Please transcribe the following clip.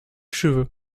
cheveux